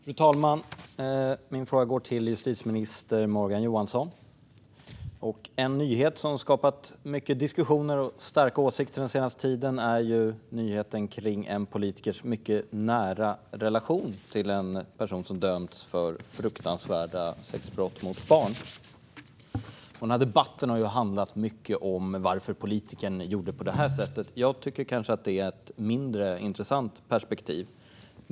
Fru talman! Min fråga går till justitieminister Morgan Johansson. En nyhet som skapat mycket diskussioner och starka åsikter den senaste tiden är nyheten om en politikers mycket nära relation till en person som dömts för fruktansvärda sexbrott mot barn. Debatten har handlat mycket om varför politikern gjorde på det sättet. Jag tycker kanske att det är ett mindre intressant perspektiv.